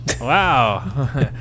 Wow